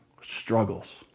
struggles